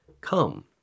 come